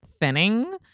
thinning